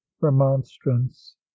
remonstrance